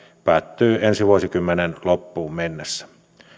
päättyy ensi vuosikymmenen loppuun mennessä